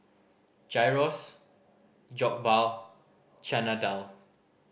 Gyros Jokbal Chana Dal